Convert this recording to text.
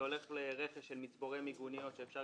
זה הולך לרכש של מצבורי מיגוניות שאפשר